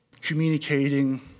Communicating